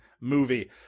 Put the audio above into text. movie